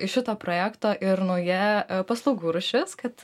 iš šito projekto ir nauja paslaugų rūšis kad